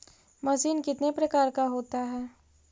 Machine कितने प्रकार का होता है?